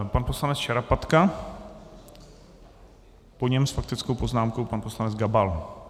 Pan poslanec Šarapatka, po něm s faktickou poznámkou pan poslanec Gabal.